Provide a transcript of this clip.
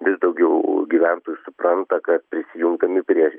vis daugiau gyventojų supranta kad prisijungdami prie